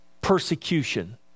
persecution